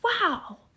wow